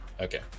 Okay